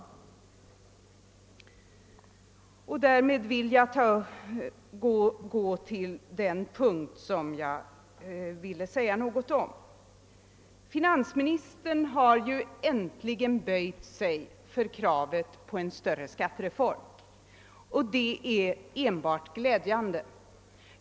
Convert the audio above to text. Därmed vill jag gå över till den punkt som jag närmast avsåg att säga något om. Finansministern har äntligen böjt sig för kravet på en större skattereform, och det är enbart glädjande.